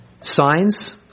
signs